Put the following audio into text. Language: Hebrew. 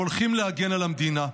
והולכים להגן על המדינה.